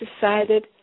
decided